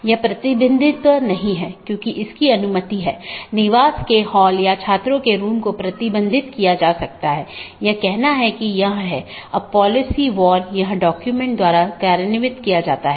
वोह AS जो कि पारगमन ट्रैफिक के प्रकारों पर नीति प्रतिबंध लगाता है पारगमन ट्रैफिक को जाने देता है